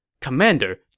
Commander